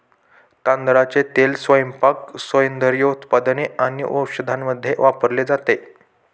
तांदळाचे तेल स्वयंपाक, सौंदर्य उत्पादने आणि औषधांमध्ये वापरले जाते